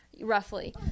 roughly